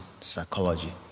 psychology